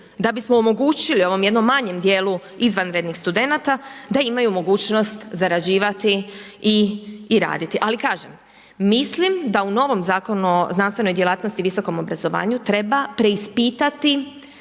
da bismo omogućili ovom jednom manjem dijelu izvanrednih studenata da imaju mogućnost zarađivati i raditi. Ali kažem, mislim da u onom Zakonu o znanstvenoj djelatnosti i visokom obrazovanju treba preispitati